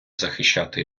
захищати